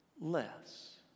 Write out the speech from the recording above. less